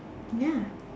ya